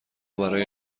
برای